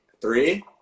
Three